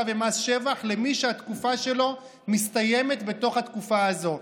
וממס שבח למי שהתקופה שלו מסתיימת בתוך התקופה הזאת.